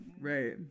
right